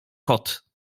kot